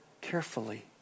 carefully